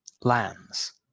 lands